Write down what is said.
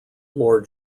lord